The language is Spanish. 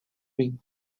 ming